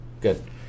good